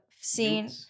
scene